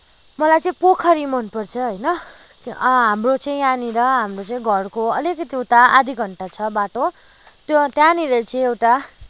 मलाई चाहिँ पोखरी मन पर्छ होइन हाम्रो चाहिँ यहाँनिर हाम्रो चाहिँ घरको अलिकति उता आधा घन्टा छ बाटो त्यो त्यहाँनिर चाहिँ एउटा